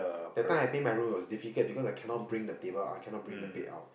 that time I paint my room it was difficult because I cannot bring the table out cannot bring the bed out